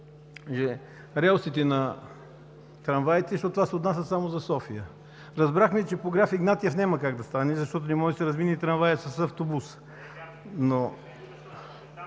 релсите на трамваите, защото това се отнася само за София. Разбрахме, че по „Граф Игнатиев“ няма как да стане, защото не може да се размине трамваят с автобус.